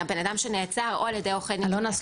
הבן-אדם שנעצר או על ידי --- אלונה,